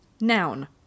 Noun